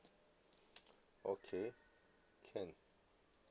okay can